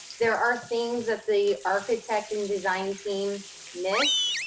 there are things that the architect and design team missed.